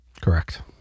Correct